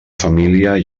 família